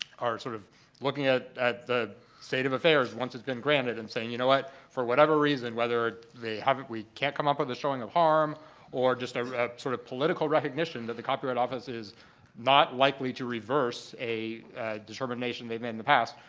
ah sort of looking at at the state of affairs once it's been granted and saying, you know what, for whatever reason, whether we can't come up with a showing of harm or just a sort of political recognition that the copyright office is not likely to reverse a determination they've made in the past,